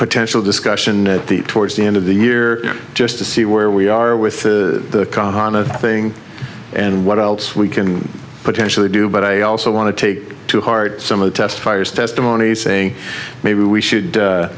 potential discussion at the towards the end of the year just to see where we are with the con on a thing and what else we can potentially do but i also want to take to heart some of the testifiers testimony saying maybe we should